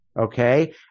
Okay